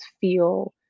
feel